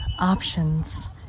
options